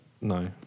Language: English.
No